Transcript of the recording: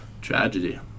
tragedy